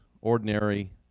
ordinary